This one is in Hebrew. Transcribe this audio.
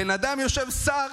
הבן אדם יושב, שר